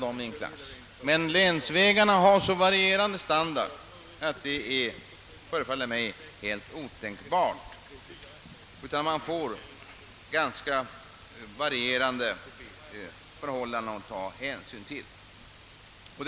Länsvägarna däremot har en så varierande standard att det förefaller mig helt otänkbart, utan man får ganska varierande förhållanden att ta hänsyn till.